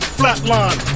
flatline